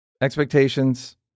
expectations